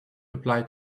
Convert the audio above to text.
applied